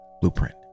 Blueprint